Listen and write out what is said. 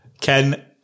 Ken